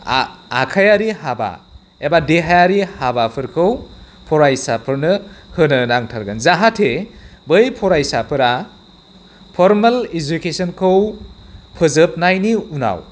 आखाइआरि हाबा एबा देहायारि हाबाफोरखौ फरायसाफोरनो होनो नांथारगोन जाहाथे बै फरायसाफोरा फर्मेल इडुकेसनखौ फोजोबनायनि उनाव